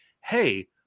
Hey